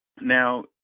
Now